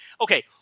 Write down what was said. okay